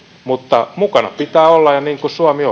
mutta mukana pitää olla niin kuin suomi